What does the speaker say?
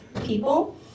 people